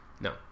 No